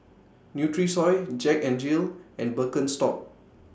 Nutrisoy Jack N Jill and Birkenstock